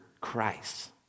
Christ